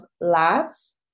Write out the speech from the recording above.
labs